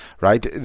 Right